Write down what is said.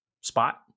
spot